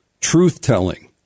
truth-telling